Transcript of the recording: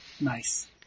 Nice